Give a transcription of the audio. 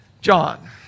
John